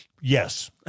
Yes